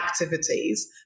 activities